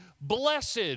Blessed